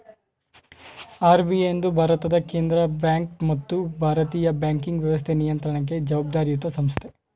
RBI ಎಂದು ಭಾರತದ ಕೇಂದ್ರ ಬ್ಯಾಂಕ್ ಮತ್ತು ಭಾರತೀಯ ಬ್ಯಾಂಕಿಂಗ್ ವ್ಯವಸ್ಥೆ ನಿಯಂತ್ರಣಕ್ಕೆ ಜವಾಬ್ದಾರಿಯತ ಸಂಸ್ಥೆ